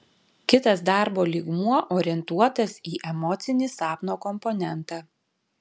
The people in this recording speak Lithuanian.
kitas darbo lygmuo orientuotas į emocinį sapno komponentą